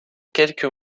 quelques